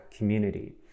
community